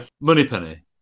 Moneypenny